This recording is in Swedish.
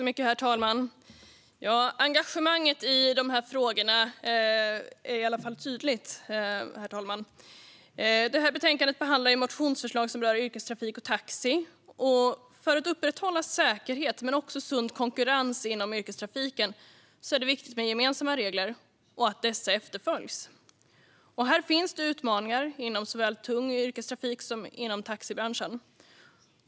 Herr talman! Engagemanget i dessa frågor är tydligt. Betänkandet behandlar motionsförslag som rör yrkestrafik och taxi. För att upprätthålla säkerhet men också sund konkurrens inom yrkestrafiken är det viktigt med gemensamma regler och att dessa efterföljs. Här finns det utmaningar inom såväl tung yrkestrafik som taxibranschen.